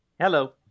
Hello